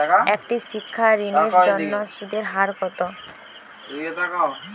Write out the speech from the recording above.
একটি শিক্ষা ঋণের জন্য সুদের হার কত?